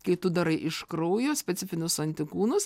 kai tu darai iš kraujo specifinius antikūnus